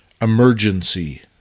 emergency